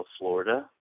Florida